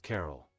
Carol